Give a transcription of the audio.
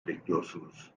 bekliyorsunuz